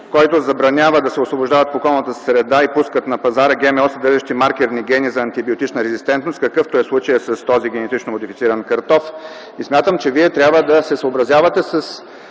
който забранява да се освобождават в околната среда и пускат на пазара ГМО съдържащи маркерни гени за антибиотична резистентност, какъвто е случаят с този генетично модифициран картоф. Смятам, че Вие трябва да се съобразявате